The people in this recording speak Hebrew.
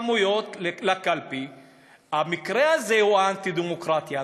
המקרה הזה הוא אנטי-דמוקרטי,